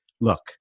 look